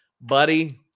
buddy